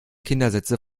kindersitze